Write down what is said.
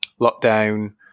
lockdown